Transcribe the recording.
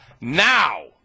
now